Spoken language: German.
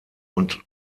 und